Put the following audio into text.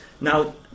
Now